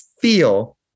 feel